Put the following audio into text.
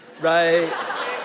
right